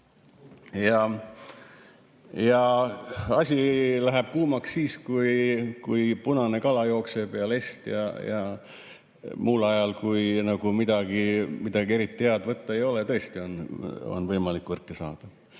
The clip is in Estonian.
Asi läheb kuumaks siis, kui punane kala ja lest jookseb. Muul ajal, kui midagi eriti head võtta ei ole, siis tõesti on võimalik võrke saada.